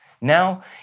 Now